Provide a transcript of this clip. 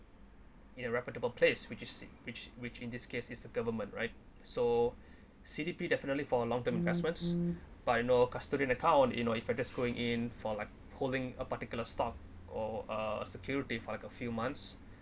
in a reputable place which is which which in this case is the government right so C_D_P definitely for a long term investments but you know custodial account you know if I just going in for like holding a particular stock or a security for a few months